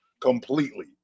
completely